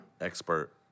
expert